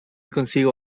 consigo